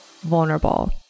vulnerable